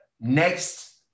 next